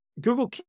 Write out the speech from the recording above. Google